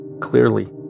Clearly